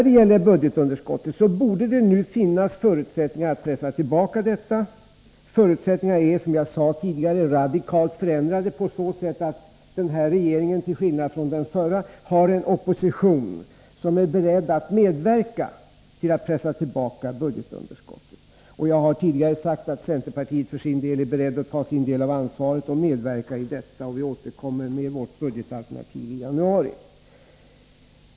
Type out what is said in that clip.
Det borde nu finnas förutsättningar att pressa tillbaka budgetunderskottet. Förutsättningarna är, som jag sade tidigare, radikalt förändrade på så sätt att den här regeringen till skillnad från den förra har en opposition som är beredd att medverka till att pressa tillbaka budgetunderskottet. Jag har tidigare sagt att centerpartiet för sin del är berett att ta sitt ansvar och medverka i detta. Vi återkommer med vårt budgetalternativ i januari.